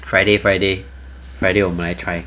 friday friday friday 我们来 try